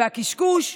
והקשקוש",